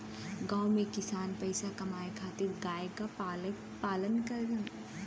गांव में किसान पईसा कमाए खातिर गाय क पालन करेलन